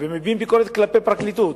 ומביעים ביקורת כלפי פרקליטות,